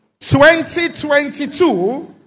2022